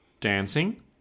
dancing